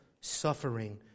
suffering